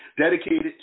dedicated